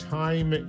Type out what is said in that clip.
time